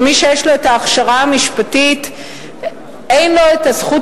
ומי שיש לו ההכשרה המשפטית אין לו הזכות